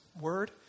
word